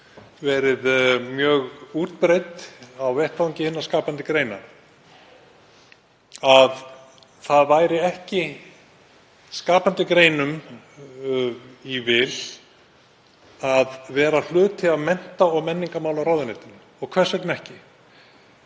verið mjög útbreidd á vettvangi hinna skapandi greina að það væri ekki skapandi greinum í vil að vera hluti af mennta- og menningarmálaráðuneytinu. Hvers vegna ekki?